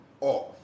off